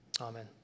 Amen